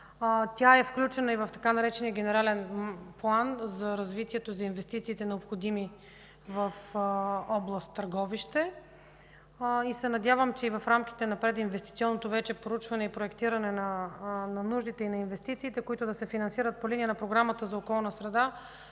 Тя е включена и в така наречения „Генерален план за развитието”, за инвестициите, необходими в област Търговище. Надявам се, че вече в рамките на прединвестиционното проучване и проектиране на нуждите и на инвестициите, които да се финансират по линия на Програмата за околната среда,